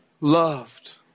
loved